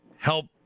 help